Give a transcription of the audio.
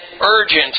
urgent